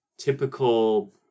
Typical